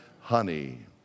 honey